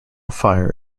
fire